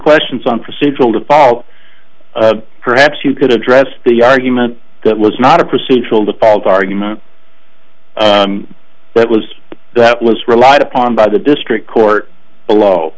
questions on procedural ball perhaps you could address the argument that was not a procedural the bald argument but was that was relied upon by the district court below